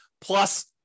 Plus